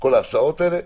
כל ההסעות האלה.